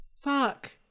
fuck